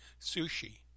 Sushi